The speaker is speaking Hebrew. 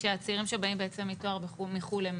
כשהצעירים שבאים בעצם עם תואר מחו"ל הם